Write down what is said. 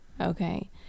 Okay